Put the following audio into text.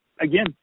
again